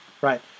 right